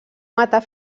matar